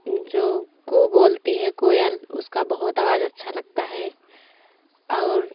जो कू बोलती है कोयल उसका बहुत आवाज अच्छा लगता है और